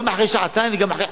גם אחרי שעתיים וגם אחרי חודשיים,